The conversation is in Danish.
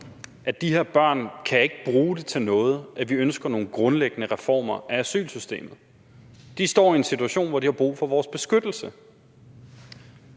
at de her børn ikke kan bruge det til noget, at vi ønsker nogle grundlæggende reformer af asylsystemet. De står i en situation, hvor de har brug for vores beskyttelse.